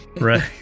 Right